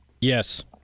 Yes